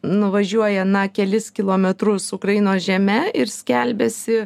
nuvažiuoja na kelis kilometrus ukrainos žeme ir skelbiasi